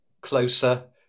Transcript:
closer